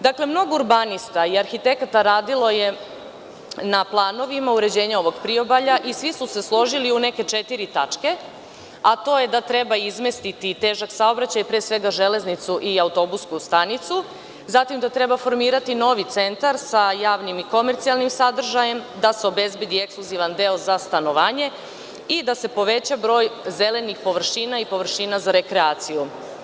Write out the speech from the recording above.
Dakle, mnogo urbanista i arhitekata radilo je na planovima uređenja ovog priobalja i svi su se složili u neke četiri tačke, a to je da treba izmestiti težak saobraćaj, pre svega železnicu i autobusku stanicu, zatim da treba formirati novi centar sa javnim i komercijalnim sadržajem, da se obezbediekskluzivan deo za stanovanje i da se poveća broj zelenih površina i površina za rekreaciju.